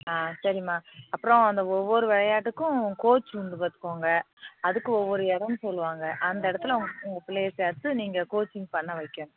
ஆ சரிம்மா அப்புறம் அந்த ஒவ்வொரு விளையாட்டுக்கும் கோச் உண்டு பாத்துக்கங்க அதுக்கும் ஒவ்வொரு இடம்னு சொல்வாங்க அந்த இடத்துல உங்கள் உங்கள் பிள்ளைய சேர்த்து நீங்கள் கோச்சிங் பண்ண வைக்கணும்